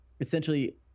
essentially